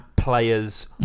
players